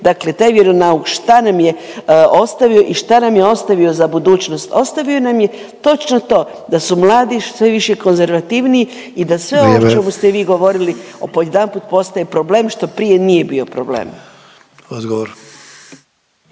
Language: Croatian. dakle taj vjeronauk šta nam je ostavio i šta nam je ostavio za budućnost. Ostavio nam je točno to, da su mladi sve više konzervativniji i da sve ovo … …/Upadica Sanader: Vrijeme./… … o čemu ste vi govorili odjedanput postaje problem što prije nije bio problem.